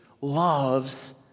loves